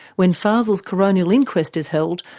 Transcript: when fazel's coronial inquest is held,